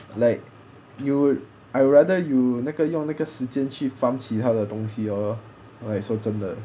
like you I rather you 那个用那个时间去 farm 其的东西 or like 说真的